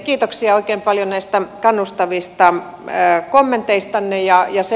kiitoksia oikein paljon näistä kannustavista kommenteistanne